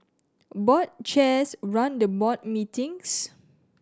board chairs run the board meetings